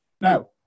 Now